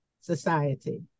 society